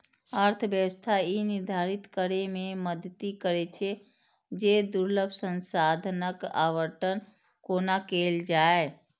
अर्थव्यवस्था ई निर्धारित करै मे मदति करै छै, जे दुर्लभ संसाधनक आवंटन कोना कैल जाए